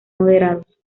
moderados